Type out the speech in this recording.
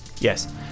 Yes